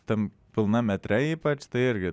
tam pilnam metre ypač tai irgi